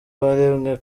waremwe